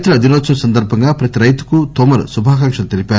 రైతుల దినోత్సవం సందర్బంగా ప్రతి రైతుకు తోమర్ శుభాకాంక్షలు తెలిపారు